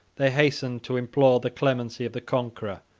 they hastened to implore the clemency of the conqueror,